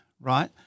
right